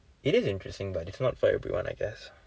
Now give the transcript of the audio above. it is interesting but it's not for everyone I guess